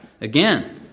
again